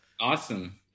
Awesome